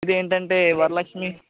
అవి ఏంటంటే వరలక్ష్మి